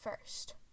first